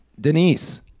Denise